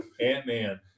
ant-man